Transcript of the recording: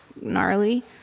gnarly